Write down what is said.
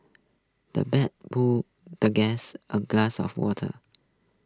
the butler poured the guest A glass of water